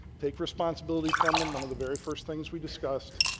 take responsibility from them. one of the very first things we discussed,